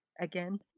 again